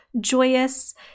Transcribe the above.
joyous